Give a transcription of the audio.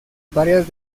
varias